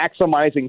maximizing